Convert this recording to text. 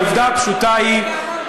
העובדה הפשוטה היא,